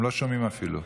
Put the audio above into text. הם לא שומעים אפילו.